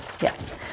Yes